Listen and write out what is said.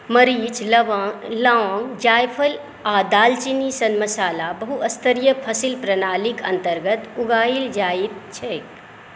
मरीच लवङ्ग जायफल आ दालचीनी सन मसाला बहुस्तरीय फसल प्रणालीके अन्तर्गत उगाएल जाइत छैक